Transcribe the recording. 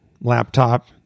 laptop